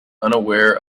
unaware